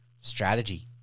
strategy